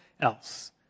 else